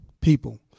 people